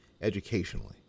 educationally